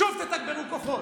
שוב תתגברו כוחות.